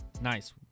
nice